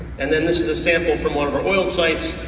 and then this is a sample from one of our oiled sites,